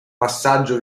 passaggio